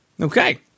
Okay